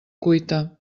cuita